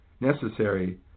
necessary